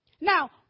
now